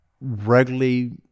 regularly